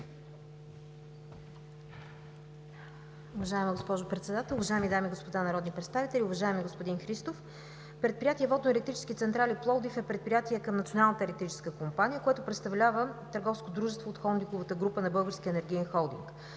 Уважаема госпожо Председател, уважаеми дами и господа народни представители, уважаеми господин Христов! Предприятие „Водноелектрически централи“ – Пловдив, е предприятие към Националната електрическа компания, което представлява търговско дружество от холдинговата група на Българския енергиен холдинг.